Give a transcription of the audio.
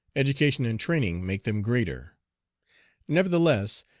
education and training make them greater nevertheless,